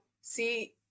See